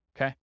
Okay